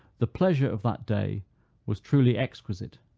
the pleasure of that day was truly exquisite.